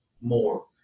more